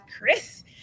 Chris